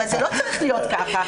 אבל זה לא צריך להיות ככה.